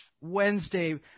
Wednesday